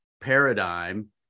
paradigm